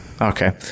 Okay